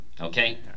okay